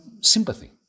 sympathy